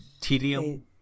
tedium